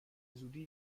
زودی